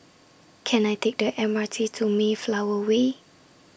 Can I Take The M R T to Mayflower Way